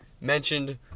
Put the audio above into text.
mentioned